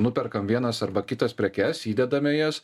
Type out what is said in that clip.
nuperkam vienas arba kitas prekes įdedame jas